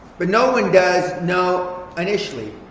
but no one does know initially,